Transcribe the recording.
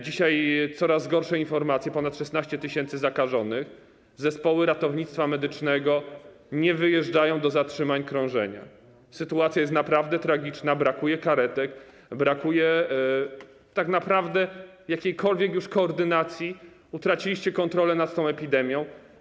Dzisiaj coraz gorsze informacje, ponad 16 tys. zakażonych, zespoły ratownictwa medycznego nie wyjeżdżają do zatrzymań krążenia, sytuacja jest naprawdę tragiczna, brakuje karetek, brakuje już tak naprawdę jakiejkolwiek koordynacji, utraciliście kontrolę nad tą epidemią.